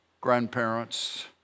grandparents